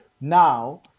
Now